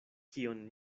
kion